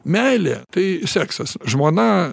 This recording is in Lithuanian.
meilė tai seksas žmona